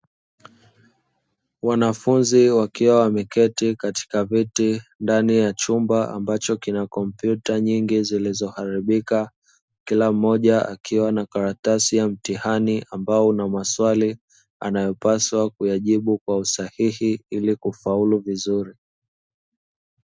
Wanafunzi wakiwa wameketi katika viti ndani ya chumba, ambacho kina kompyuta nyingi zilizoharibika, kila mmoja akiwa na karatasi ya mtihani ambao una maswali, anayopaswa kuyajibu kwa usahihi ili kufaulu vizuri.